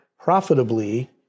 profitably